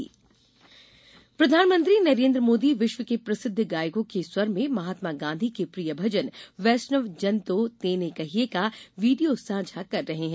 Modi video प्रधानमंत्री नरेन्द्र मोदी विश्व के प्रसिद्ध गायकों के स्वर में महात्मा गांधी के प्रिय भजन वैष्णव जन तो तेने कहिए का वीडियो साझा कर रहे हैं